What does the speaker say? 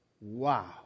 Wow